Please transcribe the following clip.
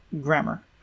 grammar